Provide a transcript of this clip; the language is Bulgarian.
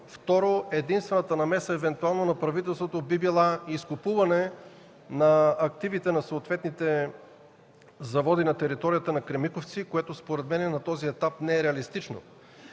Второ, единствената намеса на правителството евентуално би била изкупуване на активите на съответните заводи на територията на „Кремиковци”, което според мен на този етап не е реалистично.